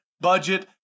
budget